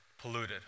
polluted